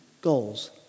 goals